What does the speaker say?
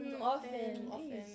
often